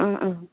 অঁ অঁ